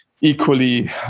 equally